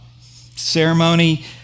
ceremony